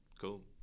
cool